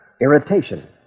irritation